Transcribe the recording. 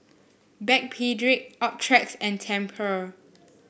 Backpedic Optrex and Tempur